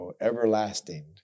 everlasting